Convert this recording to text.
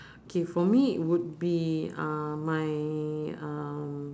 K for me would be uh my um